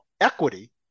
equity